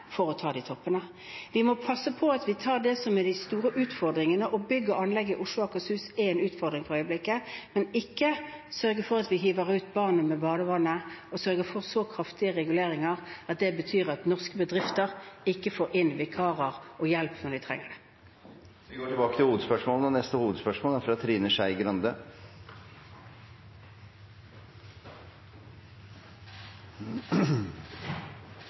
for å ta de toppene. Vi må passe på å ta det som er de store utfordringene – og bygg og anlegg i Oslo og Akershus er en utfordring for øyeblikket – men sørge for at vi ikke hiver ut barnet med badevannet ved at vi får så kraftige reguleringer at norske bedrifter ikke får inn vikarer og hjelp når de trenger det. Vi går videre til neste hovedspørsmål. I går fikk vi en del nye tall fra